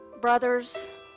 brothers